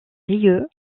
rieu